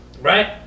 right